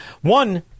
One